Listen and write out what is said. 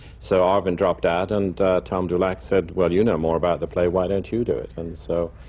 so arvin dropped out, and tom dulack said, well, you know more about the play. why don't you do it? and so,